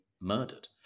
murdered